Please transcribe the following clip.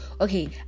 okay